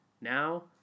now